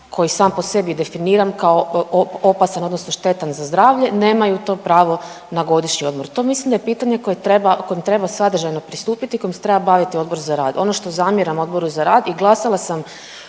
koji sam po sebi definiran kao opasan, odnosno štetan za zdravlje, nemaju to pravo na godišnji odmor. To mislim da je pitanje koje treba, kojem treba sadržajno pristupiti, kojim se treba baviti Odbor za rad. Ono što zamjeram Odboru za rad i glasala sam